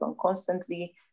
constantly